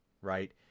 right